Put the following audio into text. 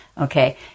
Okay